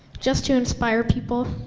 just to inspire people.